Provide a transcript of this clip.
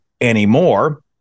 anymore